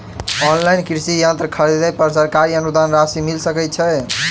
Online कृषि यंत्र खरीदे पर सरकारी अनुदान राशि मिल सकै छैय?